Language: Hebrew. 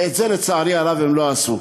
ואת זה, לצערי הרב, הם לא עשו.